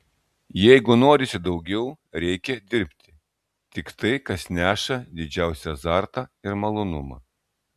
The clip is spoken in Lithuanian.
jeigu norisi daugiau reikia dirbti tik tai kas neša didžiausią azartą ir malonumą